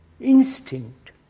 instinct –